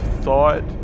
thought